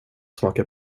smaka